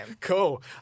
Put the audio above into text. Cool